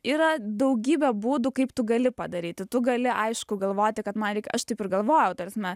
yra daugybė būdų kaip tu gali padaryti tu gali aišku galvoti kad man reikia aš taip ir galvojau ta prasme